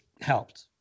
helped